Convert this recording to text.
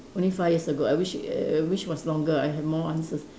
only five years ago I wish err wish longer I have more answers